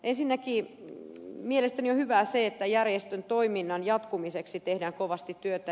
ensinnäkin mielestäni on hyvää se että järjestön toiminnan jatkumiseksi tehdään kovasti työtä